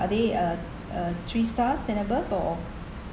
are they uh uh three stars and above or